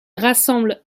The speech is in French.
rassemble